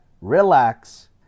relax